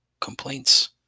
complaints